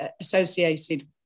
associated